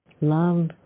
love